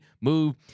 move